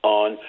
on